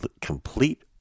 complete